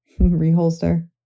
reholster